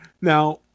Now